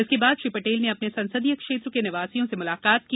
इसके बाद श्री पटेल ने अपने संसदीय क्षेत्र के निवासियों से मुलाकात की